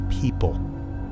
people